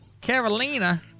Carolina